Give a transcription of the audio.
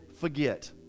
forget